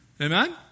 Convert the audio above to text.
Amen